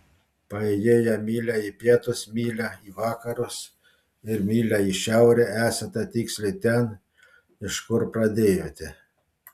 paėjėję mylią į pietus mylią į vakarus ir mylią į šiaurę esate tiksliai ten iš kur pradėjote